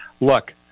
look